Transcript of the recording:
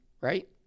right